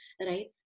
right